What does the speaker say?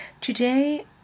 Today